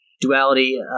duality